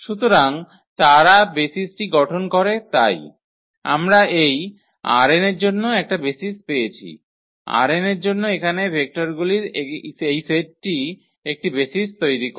সুতরাং তারা বেসিসটি গঠন করে তাই আমরা এই ℝ𝑛 এর জন্য একটি বেসিস পেয়েছি ℝ𝑛 এর জন্য এখানে ভেক্টরগুলির এই সেটটি একটি বেসিস তৈরি করে